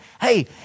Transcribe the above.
Hey